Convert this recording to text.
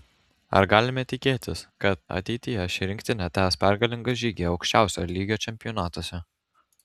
ar galime tikėtis kad ateityje ši rinktinė tęs pergalingą žygį aukščiausio lygio čempionatuose